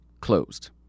closed